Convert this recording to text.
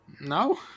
No